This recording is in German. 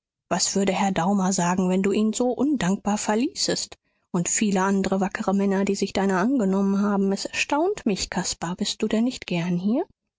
was würde herr daumer sagen wenn du ihn so undankbar verließest und viele andre wackere männer die sich deiner angenommen haben es erstaunt mich caspar bist du denn nicht gern hier